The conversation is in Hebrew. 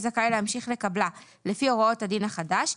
זכאי להמשיך לקבלה לפי הוראות הדין החדש,